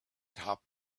top